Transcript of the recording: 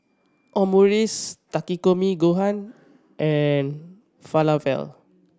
Omurice Takikomi Gohan and Falafel